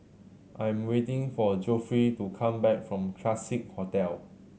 I am waiting for Geoffrey to come back from Classique Hotel